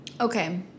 okay